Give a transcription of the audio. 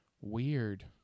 weird